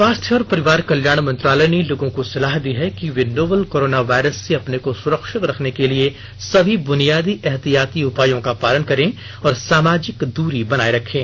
स्वास्थ्य और परिवार कल्याण मंत्रालय ने लोगों को सलाह दी है कि वे नोवल कोरोना वायरस से अपने को सुरक्षित रखने के लिए सभी बुनियादी एहतियाती उपायों का पालन करें और सामाजिक दूरी बनाए रखें